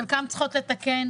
חלקן צריכות לתקן,